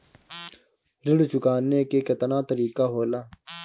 ऋण चुकाने के केतना तरीका होला?